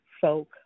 folk